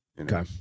Okay